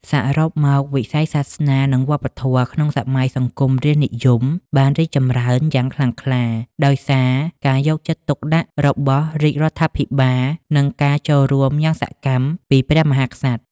សរុបមក វិស័យសាសនា និងវប្បធម៌ក្នុងសម័យសង្គមរាស្ត្រនិយម បានរីកចម្រើនយ៉ាងខ្លាំងក្លា ដោយសារការយកចិត្តទុកដាក់របស់រាជរដ្ឋាភិបាល និងការចូលរួមយ៉ាងសកម្មពីព្រះមហាក្សត្រ។